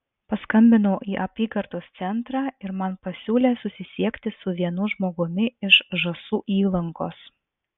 paskambinau į apygardos centrą ir man pasiūlė susisiekti su vienu žmogumi iš žąsų įlankos